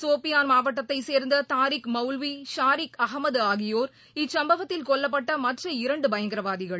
சோஃபியான் மாவட்டத்தைச் சேர்ந்ததாரிக் மௌல்வி ஷாரிக் அகமதுஆகியோர் இச்சம்பவத்தில் கொல்லப்பட்டமற்ற இரண்டுபயங்கரவாதிகள்